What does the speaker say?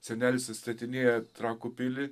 senelis atstatinėja trakų pilį